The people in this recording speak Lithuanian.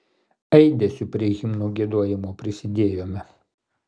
aidesiu prie himno giedojimo prisidėjome